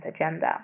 agenda